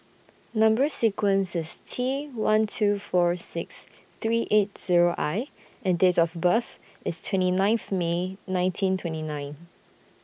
Number sequence IS T one two four six three eight Zero I and Date of birth IS twenty ninth May nineteen twenty nine